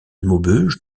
maubeuge